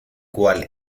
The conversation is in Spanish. cual